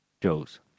Joe's